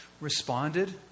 responded